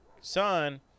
son